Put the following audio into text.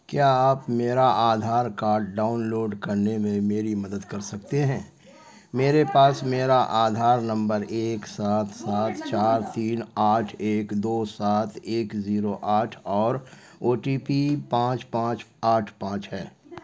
کیا آپ میرا آدھار کارڈ ڈاؤن لوڈ کرنے میں میری مدد کر سکتے ہیں میرے پاس میرا آدھار نمبر ایک سات سات چار تین آٹھ ایک دو سات ایک زیرو آٹھ اور او ٹی پی پانچ پانچ آٹھ پانچ ہے